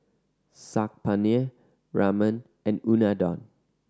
Saag Paneer Ramen and Unadon